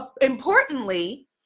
importantly